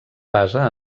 basa